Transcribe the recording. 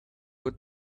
what